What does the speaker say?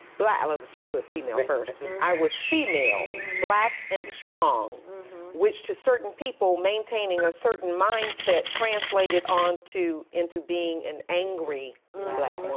black, i love that she put female first. i was female, black and strong which to certain people, maintaining a certain mind-set, translated on to, into being an angry black